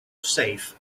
safe